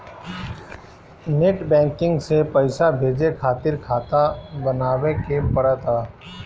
net banking से पईसा भेजे खातिर खाता बानवे के पड़त हअ